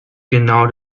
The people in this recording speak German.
genau